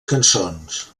cançons